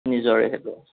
নিজৰে সেইটো